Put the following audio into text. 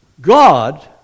God